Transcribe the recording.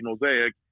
mosaic